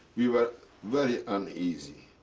we were very uneasy.